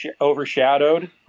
overshadowed